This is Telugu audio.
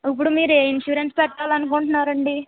ఇప్పుడు మీరు ఏ ఇన్సూరెన్స్ పెట్టాలనుకుంటున్నారండి